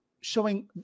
showing